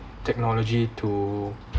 technology to